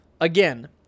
again